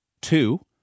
Two